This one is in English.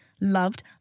loved